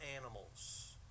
animals